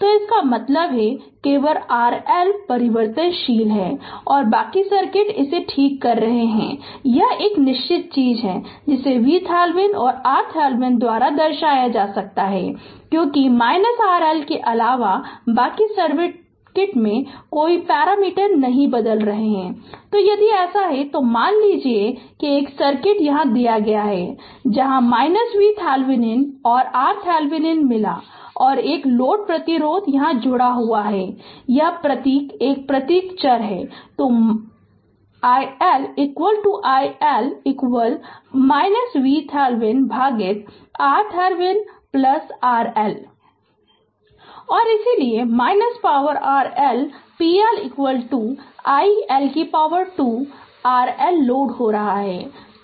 तो इसका मतलब है केवल RL परिवर्तनशील है और बाकी सर्किट इसे ठीक कर रहे हैं यह एक निश्चित चीज़ है जिसे VThevenin और RThevenin द्वारा दर्शाया जा सकता है क्योंकि RL के अलावा बाकी सर्किट में कोई पैरामीटर नहीं बदल रहे हैं तो यदि ऐसा है तो मान लीजिए कि एक सर्किट दिया गया है जहां VThevenin और RThevenin मिला है और एक लोड प्रतिरोध जुड़ा हुआ है यह प्रतीक एक चर प्रतीक है तो iL iL VThevenin भागित RThevenin RL Refer Slide Time 0813 और इसलिए power RL p L iL 2 RL load हो रहा है